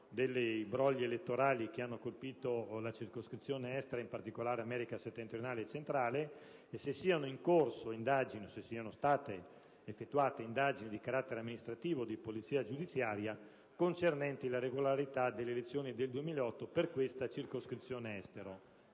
dei brogli elettorali che hanno colpito la circoscrizione Estero, in particolare in America settentrionale e centrale, e se siano in corso indagini o se siano state effettuate indagini di carattere amministrativo o di polizia giudiziaria concernenti la regolarità delle elezioni del 2008 per questa circoscrizione Estero.